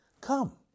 come